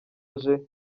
aje